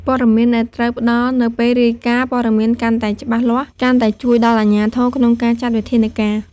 ព័ត៌មានដែលត្រូវផ្ដល់នៅពេលរាយការណ៍ ព័ត៌មានកាន់តែច្បាស់លាស់ កាន់តែជួយដល់អាជ្ញាធរក្នុងការចាត់វិធានការ។